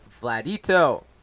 Vladito